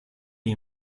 est